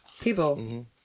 People